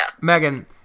Megan